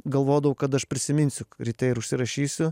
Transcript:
galvodavau kad aš prisiminsiu ryte ir užsirašysiu